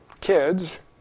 kids